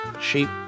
sheep